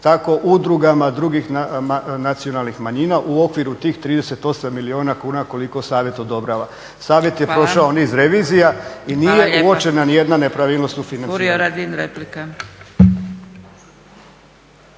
tako udrugama drugih nacionalnih manjina u okviru tih 38 milijuna kuna koliko savjet odobrava. Savjet je prošao niz revizija i nije uočena ni jedna nepravilnost … **Zgrebec,